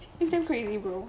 it's damn crazy bro